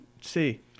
See